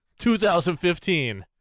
2015